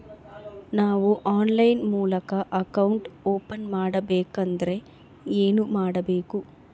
ನಾವು ಆನ್ಲೈನ್ ಮೂಲಕ account open ಮಾಡಬೇಂಕದ್ರ ಏನು ಕೊಡಬೇಕು?